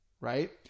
right